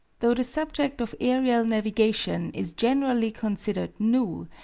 though the subject of aerial navigation is generally considered new,